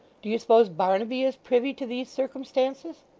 do you suppose barnaby is privy to these circumstances